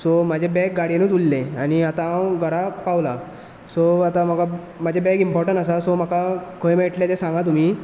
so म्हाजे bag गाडयेनूच उरलें आनी आता हांव घरां पावलां सो आतां म्हाका म्हाजे बॅग इंर्पोटंट आसा सो म्हाका खंय मेळटले ते सांगा तुमी